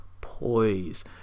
poise